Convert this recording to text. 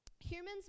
Humans